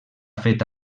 fet